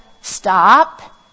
stop